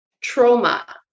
trauma